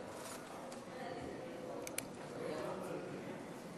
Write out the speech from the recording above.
תעלה חברת הכנסת עליזה לביא.